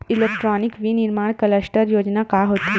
Electronic विनीर्माण cluster योजना का होथे?